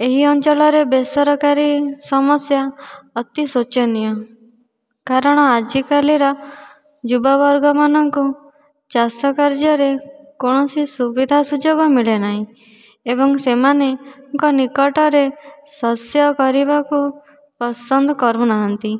ଏହି ଅଞ୍ଚଳରେ ବେସରକାରୀ ସମସ୍ୟା ଅତି ଶୋଚନୀୟ କାରଣ ଆଜିକାଲିର ଯୁବବର୍ଗମାନଙ୍କୁ ଚାଷ କାର୍ଯ୍ୟରେ କୌଣସି ସୁବିଧା ସୁଯୋଗ ମିଳେନାହିଁ ଏବଂ ସେମାନେଙ୍କ ନିକଟରେ ଶସ୍ୟ କରିବାକୁ ପସନ୍ଦ କରୁନାହାନ୍ତି